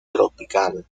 tropical